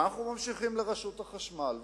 ואנחנו ממשיכים לרשות החשמל,